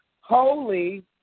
holy